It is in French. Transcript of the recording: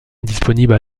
indisponible